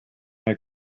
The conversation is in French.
est